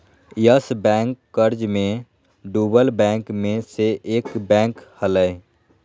yes bank कर्ज मे डूबल बैंक मे से एक बैंक हलय